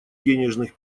денежных